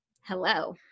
hello